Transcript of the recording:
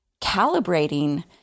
calibrating